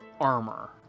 armor